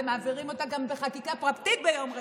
אתם גם מעבירים אותה בחקיקה פרטית ביום רביעי.